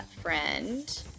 friend